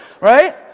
right